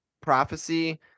prophecy